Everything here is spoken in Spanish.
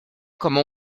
como